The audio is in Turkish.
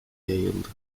yayıldı